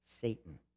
Satan